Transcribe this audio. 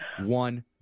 one